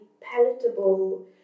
palatable